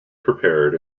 prepared